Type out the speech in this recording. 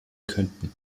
könnten